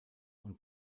und